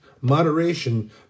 moderation